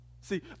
See